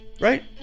Right